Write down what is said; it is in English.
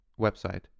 website